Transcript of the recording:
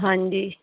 ਹਾਂਜੀ